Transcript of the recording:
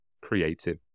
creative